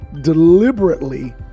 deliberately